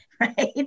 right